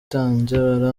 barambwira